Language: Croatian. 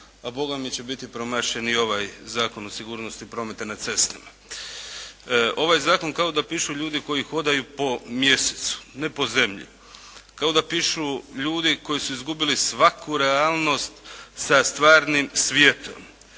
a Boga mi bit će promašen i ovaj Zakon o sigurnosti prometa na cestama. Ovaj zakon kao da pišu ljudi koji hodaju po mjesecu, ne po zemlji, kao da pišu ljudi koji su izgubili svaku realnost sa stvarnim svijetom,